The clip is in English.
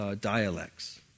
dialects